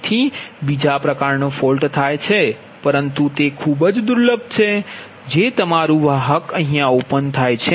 તેથી બીજો પ્રકારનો ફોલ્ટ થાય છે પરંતુ તે ખૂબ જ દુર્લભ છે જે તમારું વાહક ખોલવાનું છે